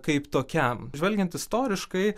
kaip tokiam žvelgiant istoriškai